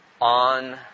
on